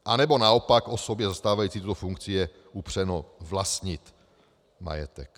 Anebo naopak, osobě zastávající tuto funkci je upřeno vlastnit majetek.